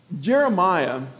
Jeremiah